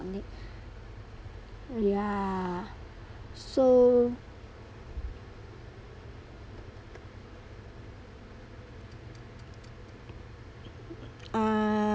ya so ah